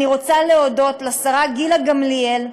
אני רוצה להודות לשרה גילה גמליאל,